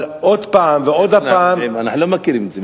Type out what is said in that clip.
אבל עוד פעם ועוד פעם, אנחנו לא מכירים את זה.